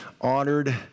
honored